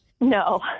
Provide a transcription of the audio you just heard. no